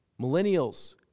Millennials